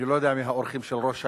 אני לא יודע מי האורחים של ראש העיר,